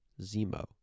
Zemo